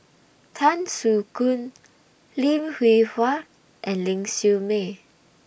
Tan Soo Khoon Lim Hwee Hua and Ling Siew May